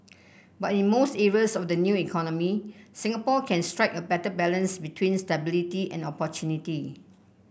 but in most areas of the new economy Singapore can strike a better balance between stability and opportunity